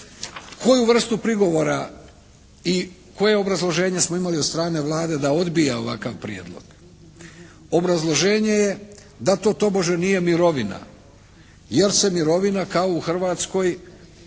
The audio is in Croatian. Koju vrstu prigovora i koje obrazloženje smo imali od strane Vlade da odbija ovakav prijedlog? Obrazloženje je da to tobože nije mirovina jer se mirovina kao u Hrvatskoj